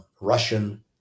Russian